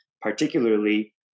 particularly